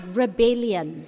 rebellion